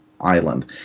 island